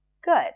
Good